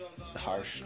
harsh